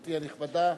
גברתי הנכבדה.